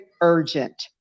urgent